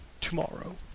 tomorrow